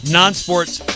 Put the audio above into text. non-sports